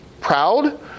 proud